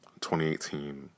2018